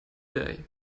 day